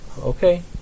Okay